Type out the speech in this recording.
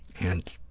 and